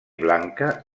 blanca